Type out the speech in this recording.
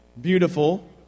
beautiful